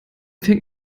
fängt